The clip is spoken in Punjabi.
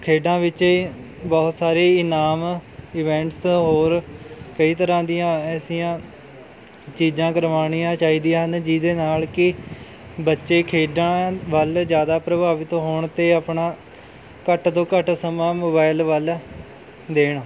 ਖੇਡਾਂ ਵਿੱਚ ਇਹ ਬਹੁਤ ਸਾਰੇ ਇਨਾਮ ਇਵੈਂਟਸ ਔਰ ਕਈ ਤਰ੍ਹਾਂ ਦੀਆਂ ਐਸੀਆਂ ਚੀਜ਼ਾਂ ਕਰਵਾਉਣੀਆਂ ਚਾਹੀਦੀਆਂ ਹਨ ਜਿਹਦੇ ਨਾਲ਼ ਕਿ ਬੱਚੇ ਖੇਡਾਂ ਵੱਲ ਜ਼ਿਆਦਾ ਪ੍ਰਭਾਵਿਤ ਹੋਣ ਅਤੇ ਆਪਣਾ ਘੱਟ ਤੋਂ ਘੱਟ ਸਮਾਂ ਮੋਬੈਲ ਵੱਲ ਦੇਣ